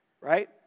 right